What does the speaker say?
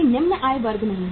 कोई निम्न आय वर्ग नहीं